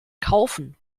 kaufen